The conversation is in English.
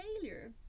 failure